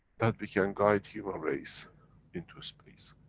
that we can guide human race into space.